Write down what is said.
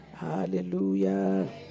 hallelujah